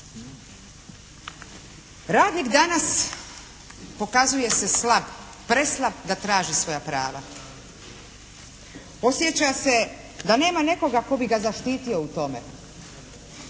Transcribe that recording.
Radnik danas pokazuje se slab, preslab da traži svoja prava. Osjeća se da nema nekoga tko bi ga zaštitio u tome.